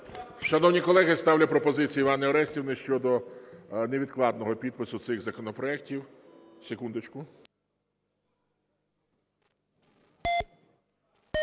Шановні колеги, ставлю пропозицію Іванни Орестівни щодо невідкладного підпису цих законопроектів. Секундочку.